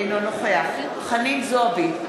אינו נוכח חנין זועבי,